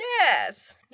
Yes